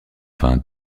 vain